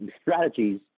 strategies